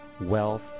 wealth